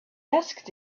asked